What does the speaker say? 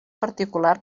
particular